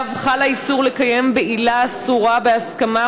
חל האיסור לקיים בעילה אסורה בהסכמה,